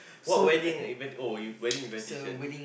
what wedding invite oh wedding invitation